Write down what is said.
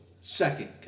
Second